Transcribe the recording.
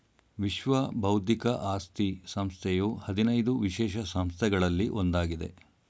ವಿಶ್ವ ಬೌದ್ಧಿಕ ಆಸ್ತಿ ಸಂಸ್ಥೆಯು ಹದಿನೈದು ವಿಶೇಷ ಸಂಸ್ಥೆಗಳಲ್ಲಿ ಒಂದಾಗಿದೆ